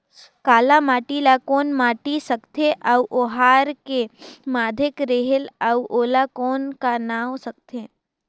काला माटी ला कौन माटी सकथे अउ ओहार के माधेक रेहेल अउ ओला कौन का नाव सकथे?